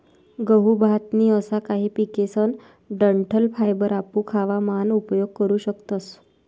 गहू, भात नी असा काही पिकेसकन डंठल फायबर आपू खावा मान उपयोग करू शकतस